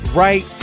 right